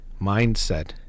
mindset